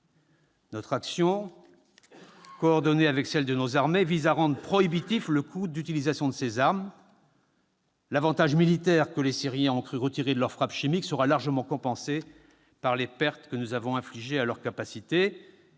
Notre action, coordonnée avec celle de nos alliés, vise à rendre prohibitif le coût d'utilisation de ces armes. L'avantage militaire que les Syriens ont cru retirer de leurs frappes chimiques sera largement compensé par les pertes que nous avons infligées à leurs capacités.